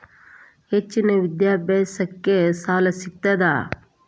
ಹೆಚ್ಚಿನ ವಿದ್ಯಾಭ್ಯಾಸಕ್ಕ ಸಾಲಾ ಸಿಗ್ತದಾ?